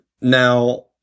Now